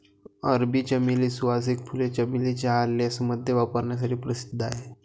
अरबी चमेली, सुवासिक फुले, चमेली चहा, लेसमध्ये वापरण्यासाठी प्रसिद्ध आहेत